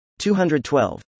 212